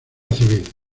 civil